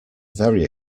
very